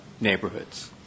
neighborhoods